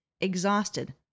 exhausted